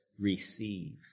Receive